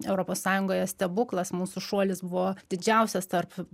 europos sąjungoje stebuklas mūsų šuolis buvo didžiausias tarp